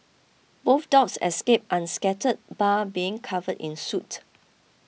both dogs escaped unscathed bar being covered in soot